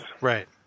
Right